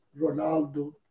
Ronaldo